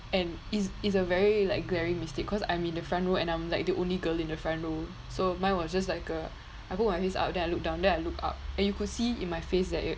and it's it's a very like glaring mistake cause I'm in the front row and I'm like the only girl in the front row so mine was just like uh I put my head up then I looked down then I looked up and you could see in my face that you